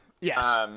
Yes